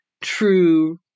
true